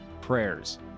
Prayers